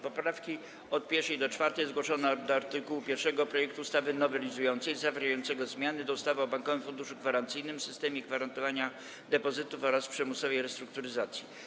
Poprawki od 1. do 4. zgłoszono do art. 1 projektu ustawy nowelizującej, zwierającego zmiany do ustawy o Bankowym Funduszu Gwarancyjnym, systemie gwarantowania depozytów oraz przymusowej restrukturyzacji.